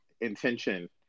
intention